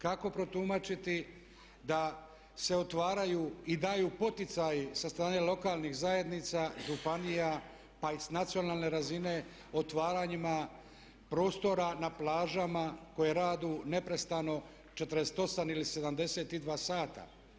Kako protumačiti da se otvaraju i dalju poticaji sa strane lokalnih zajednica, županija, pa i s nacionalne razine otvaranjima prostora na plažama koje radu neprestano 48 ili 72 sata.